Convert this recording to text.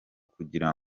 kugira